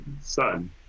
son